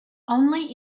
only